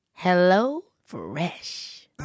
HelloFresh